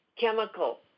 chemical